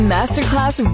Masterclass